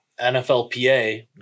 NFLPA